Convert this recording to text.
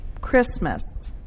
Christmas